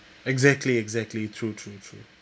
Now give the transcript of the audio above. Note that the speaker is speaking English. exactly exactly true true true